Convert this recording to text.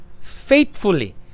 faithfully